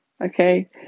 okay